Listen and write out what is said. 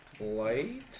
Light